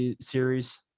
series